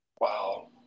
Wow